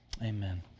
amen